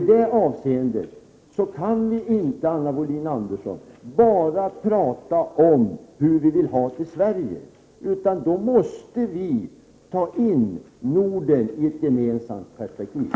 I det avseendet kan vi inte, Anna Wohlin-Andersson, bara tala om hur vi vill ha det i Sverige, utan vi måste också se Norden i ett gemensamt perspektiv.